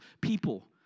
people